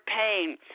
pain